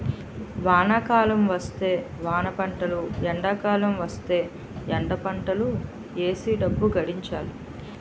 వానాకాలం వస్తే వానపంటలు ఎండాకాలం వస్తేయ్ ఎండపంటలు ఏసీ డబ్బు గడించాలి